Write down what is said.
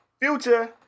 future